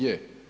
Je.